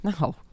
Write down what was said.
No